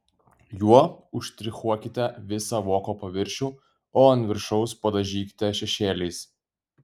juo užštrichuokite visą voko paviršių o ant viršaus padažykite šešėliais